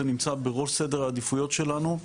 זה נמצא בראש סדר העדיפויות שלנו,